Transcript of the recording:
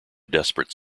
desperate